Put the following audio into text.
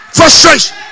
frustration